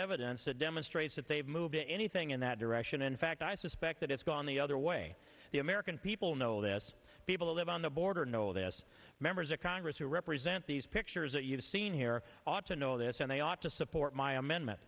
evidence that demonstrates that they've moved anything in that direction in fact i suspect that it's gone the other way the american people know this people who live on the border know this members of congress who represent these pictures that you've seen here ought to know this and they ought to support my amendment